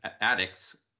addicts